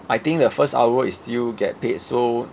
I think the first hour is still get paid so